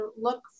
look